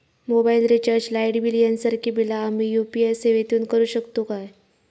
Mobile recharge, light bill यांसारखी बिला आम्ही यू.पी.आय सेवेतून करू शकतू काय?